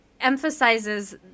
emphasizes